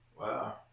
Wow